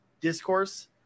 discourse